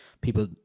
people